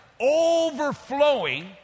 overflowing